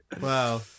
Wow